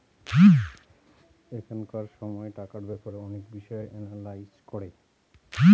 এখনকার সময় টাকার ব্যাপারে অনেক বিষয় এনালাইজ করে